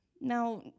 Now